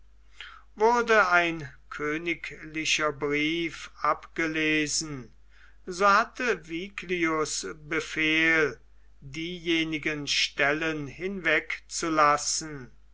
wurde ein königlicher brief abgelesen so hatte viglius befehl diejenigen stellen